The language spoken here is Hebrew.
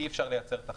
אי אפשר לייצר תחרות.